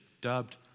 dubbed